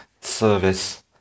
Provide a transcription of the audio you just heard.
service